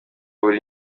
buri